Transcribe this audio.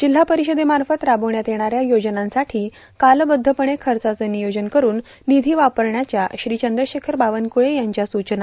जिल्हा परिषदेमार्फत राबविण्यात येणाऱ्या योजनांसाठी कालबद्धपणे खर्चाचं नियोजन करून निधी वापरण्याच्या श्री चंद्रशेखर बावनकुळे यांच्या सूचना